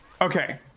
Okay